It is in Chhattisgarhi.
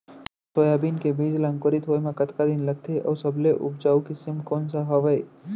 सोयाबीन के बीज ला अंकुरित होय म कतका दिन लगथे, अऊ सबले उपजाऊ किसम कोन सा हवये?